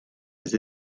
les